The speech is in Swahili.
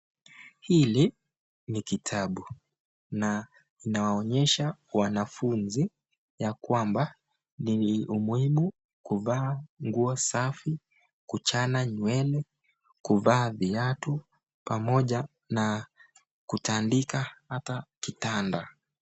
Hili ni kitabu na inawaonyesha wanafunzi ya kwamba ni umuhimu kuvaa nguo safi, kuchana nywele, kuvaa viatu, pamoja na kutandika hata kitanda.